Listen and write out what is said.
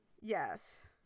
Yes